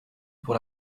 pour